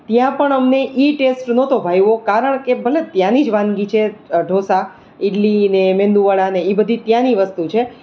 ત્યાં પણ અમને એ ટેસ્ટ નહોતો ભાવ્યો કારણકે ભલે ત્યાંની જ વાનગી છે ઢોંસા ઈડલી ને મેનંદુવડા ને એ બધી ત્યાંની વસ્તુ છે